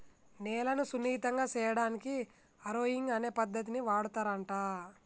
నేలను సున్నితంగా సేయడానికి హారొయింగ్ అనే పద్దతిని వాడుతారంట